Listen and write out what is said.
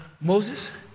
Moses